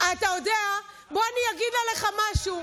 אתה יודע, בוא ואני אגיד עליך משהו.